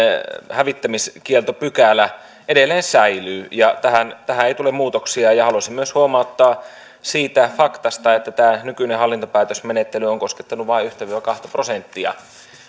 hävittämiskieltopykälä edelleen säilyy ja tähän tähän ei tule muutoksia haluaisin myös huomauttaa siitä faktasta että tämä nykyinen hallintopäätösmenettely on koskettanut vain yhtä viiva kahta prosenttia